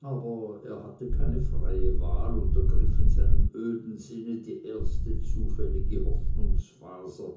aber er hatte keine freie wahl und ergriff in seinem öden sinne die erste zufällige hoffnungsfaser